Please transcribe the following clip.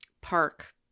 park